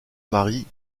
mari